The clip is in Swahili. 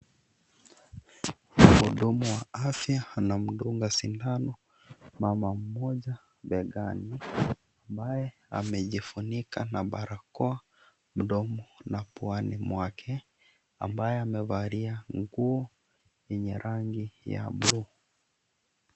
Muhudumu wa afya anamdunga sindano mama mmoja begani, ambaye amejifunika na barakoa mdomo na puani mwake, ambaye amevalia nguo yenye rangi ya blue .